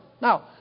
Now